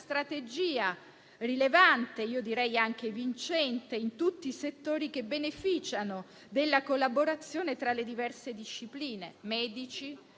strategia rilevante e - a mio avviso - anche vincente in tutti i settori che beneficiano della collaborazione tra le diverse discipline: medici,